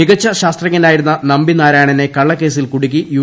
മികച്ച ശാസ്ത്രജ്ഞനായിരുന്ന നമ്പി നാരായണനെ കള്ളക്കേസിൽ കൂടുക്കി യു